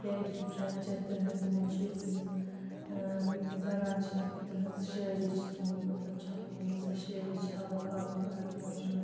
یا یُوسُف شاہِ چَک تِہنٛز تِمو چھِ یوٚس تٔمِس ٲں زَنان چھِ ٲسمٕژ تِہنٛز شٲعری چھِ تِمو مطلب چھَپٲومٕژ سۄ شٲعری چھِ حبہ خاتوٗن آز موشوٗر